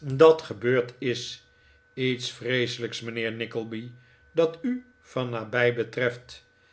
dat gebeurd is iets vreeselijks mijnheer nickleby dat u van nabij betreft